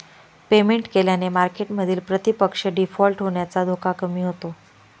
payment केल्याने मार्केटमधील प्रतिपक्ष डिफॉल्ट होण्याचा धोका कमी होतो